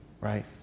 right